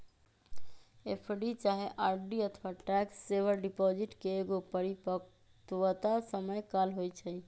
FD चाहे RD अथवा tax saver deposit के एगो परिपक्वता समय काल होइ छइ